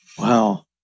Wow